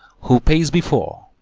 who pays before,